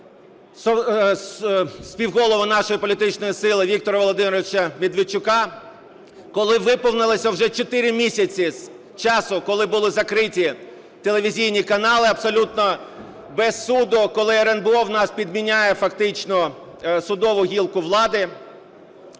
співголову нашої політичної сили Віктора Володимировича Медведчука, коли виповнилося вже 4 місяці з часу, коли були закриті телевізійні канали абсолютно без суду, коли РНБО в нас підміняє фактично судову гілку влади.